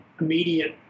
immediate